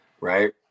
Right